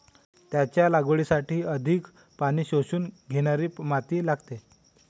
त्याच्या लागवडीसाठी अधिक पाणी शोषून घेणारी माती लागते